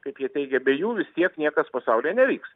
kaip jie teigia be jų vis tiek niekas pasaulyje nevyks